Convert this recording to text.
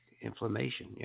inflammation